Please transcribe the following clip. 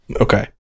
Okay